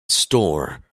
store